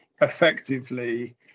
effectively